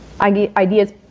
ideas